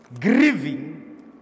grieving